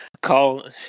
Call